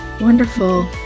Wonderful